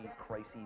crises